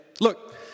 Look